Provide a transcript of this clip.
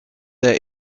their